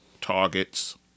targets